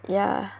yeah